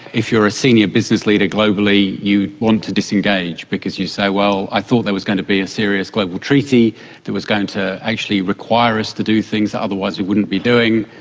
if you are a senior business leader globally you want to disengage because you say, well, i thought there was going to be a serious global treaty that was going to actually require us to do things that otherwise we wouldn't be doing.